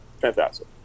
Fantastic